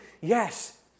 yes